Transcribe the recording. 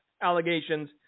allegations